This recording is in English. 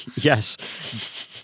Yes